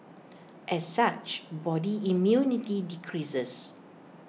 as such body immunity decreases